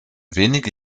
wenige